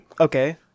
Okay